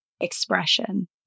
expression